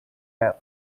air